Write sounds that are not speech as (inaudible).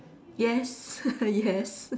yes (laughs) yes